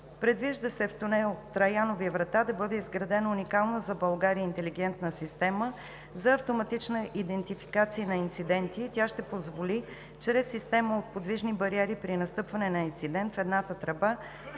Предвижда се в тунел „Траянови врата“ да бъде изградена уникална за България интелигентна система за автоматична идентификация на инциденти – тя ще позволи чрез система от подвижни бариери при настъпване на инцидент в едната тръба